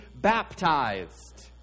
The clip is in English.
baptized